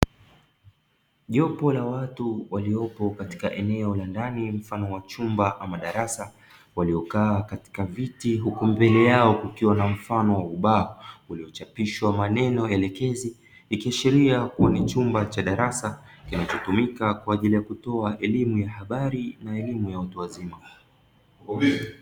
Jopo la watu waliopo katika eneo la ndani mfano wa chumba ama darasa waliokaa katika viti huku mbele yao kukiwa na mfano wa ubao, uliochapishwa maneno elekezi ikiashiria kuwa ni chumba cha darasa kinachotumika kwa ajili ya kutoa elimu ya habari na elimu ya watu wazima.